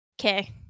Okay